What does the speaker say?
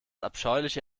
abscheuliche